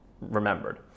remembered